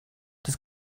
das